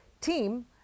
team